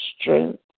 strength